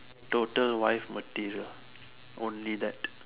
total wife material only that